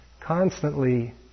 Constantly